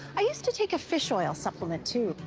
i used to take a fish oil supplement too,